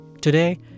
Today